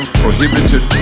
prohibited